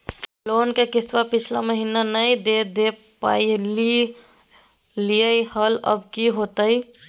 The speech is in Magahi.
हम लोन के किस्तवा पिछला महिनवा नई दे दे पई लिए लिए हल, अब की होतई?